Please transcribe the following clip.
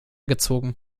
gezogen